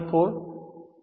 04 છે